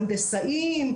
הנדסאים.